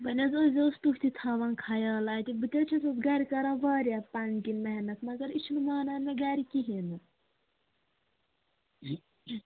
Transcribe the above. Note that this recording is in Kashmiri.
وۄنۍ حظ ٲسۍزیوس تُہۍ تہِ تھاوان خیال اَتہِ بہٕ تہِ حظ چھَسَس گَرِ کران واریاہ پَنٕنۍ کِن محنت مگر یہِ چھِنہٕ مانان مےٚ گَرِ کِہیٖنۍ نہ